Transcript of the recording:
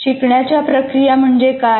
शिकण्याच्या प्रक्रिया म्हणजे काय